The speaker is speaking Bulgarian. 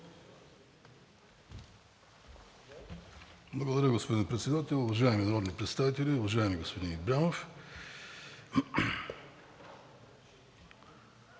Благодаря, господин Председател. Уважаеми народни представители, уважаеми господин Ибрямов!